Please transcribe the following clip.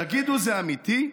תגידו, זה אמיתי,